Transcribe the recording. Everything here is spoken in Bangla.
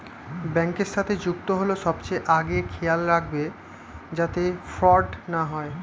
ব্যাংকের সাথে যুক্ত হল সবচেয়ে আগে খেয়াল রাখবে যাতে ফ্রড না হয়